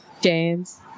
James